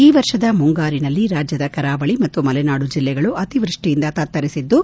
ಈ ವರ್ಷದ ಮುಂಗಾರಿನಲ್ಲಿ ರಾಜ್ಯದ ಕರಾವಳಿ ಮತ್ತು ಮಲೆನಾಡು ಜಿಲ್ಲೆಗಳು ಅತಿವೃಷ್ಷಿಯಿಂದ ತತ್ತರಿಸಿದ್ದು